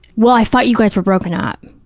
well, i thought you guys were broken up.